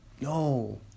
No